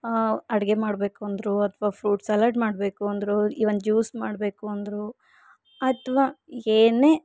ಅಡಿಗೆ ಮಾಡಬೇಕು ಅಂದರೂ ಅಥ್ವಾ ಫ್ರೂಟ್ ಸಲಾಡ್ ಮಾಡಬೇಕು ಅಂದರೂ ಇವನ್ ಜ್ಯೂಸ್ ಮಾಡಬೇಕು ಅಂದರೂ ಅಥ್ವಾ ಏನೇ